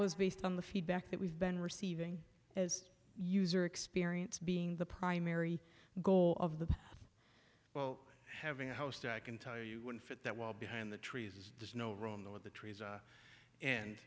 was based on the feedback that we've been receiving as user experience being the primary goal of the well having a house that i can tell you would fit that well behind the trees there's no room there at the trees and